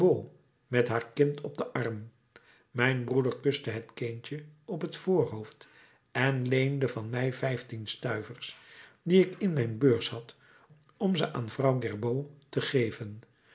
met haar kind op den arm mijn broeder kuste het kindje op t voorhoofd en leende van mij vijftien stuivers die ik in mijn beurs had om ze aan vrouw gerbaud te geven